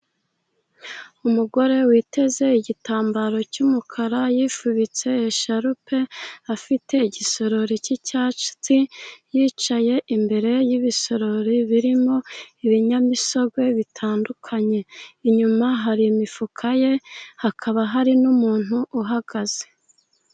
Umugore witeze igitambaro cy'umukara yifubitse isharupe, afite igisorori cy'icyatsi, yicaye imbere y'ibisorori birimo ibinyamisogwe bitandukanye, inyuma hari imifuka ye hakaba hari n'umuntu uhagaze